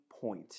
point